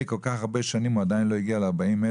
כל כך הרבה שנים הוא עדיין לא הגיע ל-40,000,